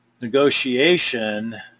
negotiation